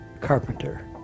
carpenter